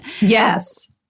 Yes